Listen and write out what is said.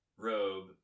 robe